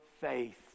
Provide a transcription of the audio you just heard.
faith